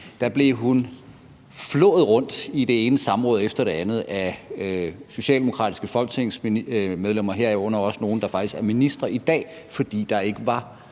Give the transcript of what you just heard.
blev hun flået i det ene samråd efter det andet af socialdemokratiske folketingsmedlemmer, heraf også nogle, der faktisk også er ministre i dag, fordi der ikke var